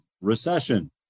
recession